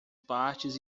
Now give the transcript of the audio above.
partes